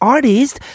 Artist